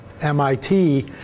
MIT